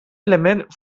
element